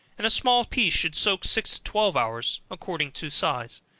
and a small piece should soak six or twelve hours, according to size.